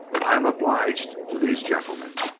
i am obliged to these gentlemen.